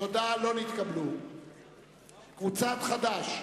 הסתייגות קבוצת בל"ד,